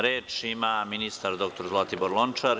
Reč ima ministar dr Zlatibor Lončar.